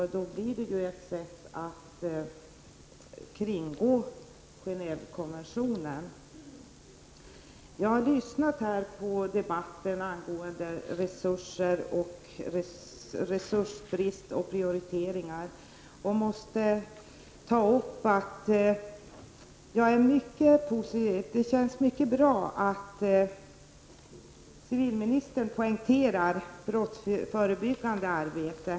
Här skulle det alltså kunna röra sig om ett sätt att kringgå Jag har lyssnat på debatten om resursbrist och prioriteringar. Det känns mycket bra att civilministern poängterar det brottsförebyggande arbetet.